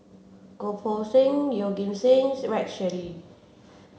Goh Poh Seng Yeoh Ghim Seng Rex Shelley